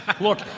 look